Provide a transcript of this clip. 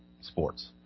sports